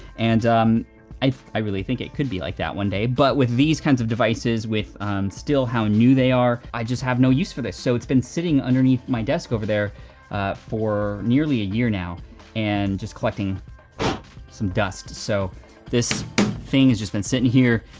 and um i i really think it could be like that one day, but with these kinds of devices with still how new they are i just have no use for this, so it's been sitting underneath my desk over there for nearly a year now and just collecting some dust, so this thing has just been sitting here,